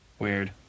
Weird